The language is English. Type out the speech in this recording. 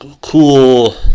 cool